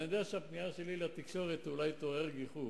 אני יודע שהפנייה שלי לתקשורת אולי תעורר גיחוך,